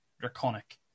draconic